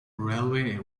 railway